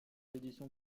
éditions